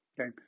Okay